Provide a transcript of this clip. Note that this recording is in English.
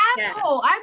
asshole